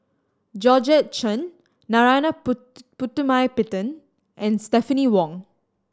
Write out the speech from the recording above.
Georgette Chen Narana Putumaippittan and Stephanie Wong